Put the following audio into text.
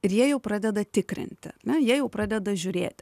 ir jie jau pradeda tikrinti na jie jau pradeda žiūrėti